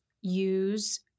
use